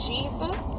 Jesus